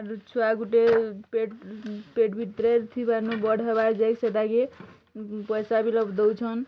ଆରୁ ଛୁଆ ଗୋଟେ ପେଟ୍ ପେଟ୍ ଭିତରେ ଥିବାନୁ ବଡ଼୍ ହେବାଯାଏଁ ସେଟାକେ ପଇସା ବି ରଖିଦଉଛନ୍